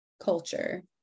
culture